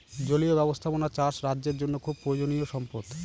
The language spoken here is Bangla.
জলীয় ব্যাবস্থাপনা চাষ রাজ্যের জন্য খুব প্রয়োজনীয়ো সম্পদ